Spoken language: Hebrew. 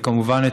וכמובן,